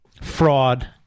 Fraud